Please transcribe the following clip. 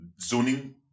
zoning